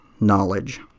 knowledge